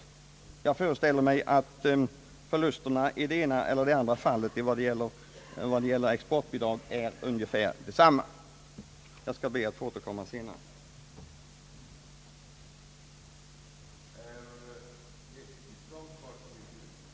Jag föreställer mig att förlusterna i det ena eller andra fallet vad gäller exportbidrag är ungefär desamma. Herr talman, jag ber att få återkomma senare i debatten.